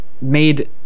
made